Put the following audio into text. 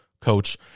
Coach